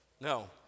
No